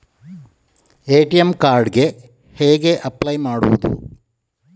ATM card ಗೆ ಹೇಗೆ apply ಮಾಡುವುದು?